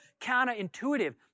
counterintuitive